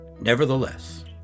Nevertheless